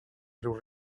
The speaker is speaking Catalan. riu